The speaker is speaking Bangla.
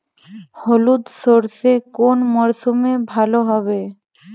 হলুদ সর্ষে কোন মরশুমে ভালো হবে?